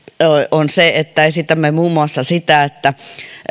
on se että esitämme muun muassa sitä että